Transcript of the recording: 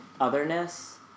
otherness